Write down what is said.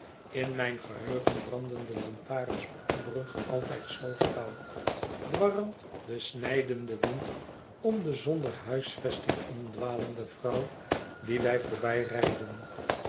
in mijn geheugen branden de lantarens op de brug altijd zoo flauw dwarrelt de snijdende wind om de zonder huisvesting omdwalende vrouw die wij